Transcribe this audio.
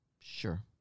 Sure